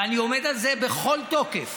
ואני עומד על זה בכל תוקף